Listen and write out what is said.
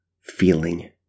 feeling